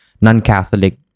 non-Catholic